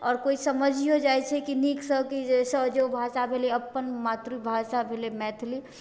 आओर कोइ समझिओ जाइ छै कि नीकसँ कि जे ओ भाषा भेलै अपन मातृभाषा भेलै मैथिली